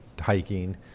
hiking